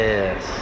Yes